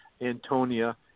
Antonia